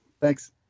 Thanks